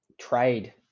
trade